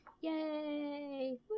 Yay